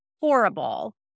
horrible